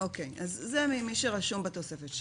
זה מי שרשום בתוספת.